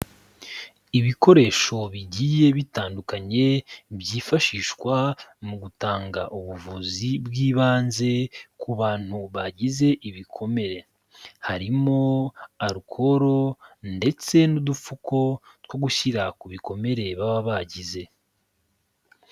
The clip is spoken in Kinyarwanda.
Ibikoresho bigiye bitandukanye byifashishwa mu gutanga ubuvuzi bw'ibanze ku bantu bagize ibikomere, Harimo arukoro ndetse n'udupfuko two gushyira ku bikomere baba bagize.